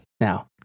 now